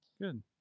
Good